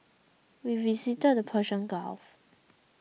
we visited the Persian Gulf